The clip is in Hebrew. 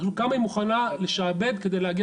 תחשבו כמה היא מוכנה לשעבד כדי להגיע